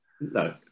No